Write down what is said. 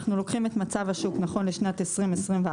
אנחנו לוקחים את מצב השוק נכון לשנת 2021,